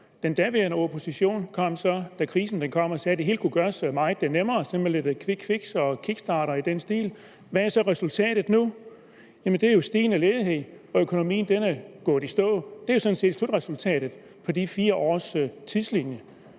Den daværende opposition kom så, da krisen kom, og sagde, at det hele kunne gøres meget nemmere, sådan lidt kvikt, med kickstart og i den stil. Hvad er så resultatet nu? Jamen det er jo stigende ledighed, og at økonomien er gået i stå. Det er sådan set slutresultatet af den 4-årige tidslinje.